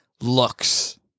looks